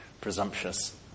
presumptuous